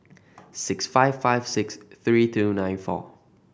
six five five six three two nine four